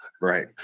right